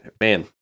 Man